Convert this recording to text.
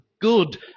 good